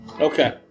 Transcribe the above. Okay